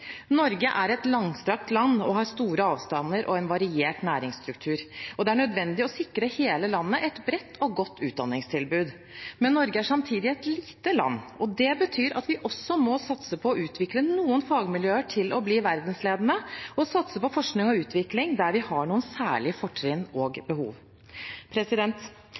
Norge er et langstrakt land med store avstander og variert næringsstruktur, og det er nødvendig å sikre hele landet et bredt og godt utdanningstilbud. Men Norge er samtidig et lite land, og det betyr at vi også må satse på å utvikle noen fagmiljøer til å bli verdensledende, og å satse på forskning og utvikling der vi har noen særlige fortrinn og behov.